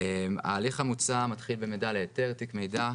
ההליך המוצע מתחיל במידע להיתר תיק מידע,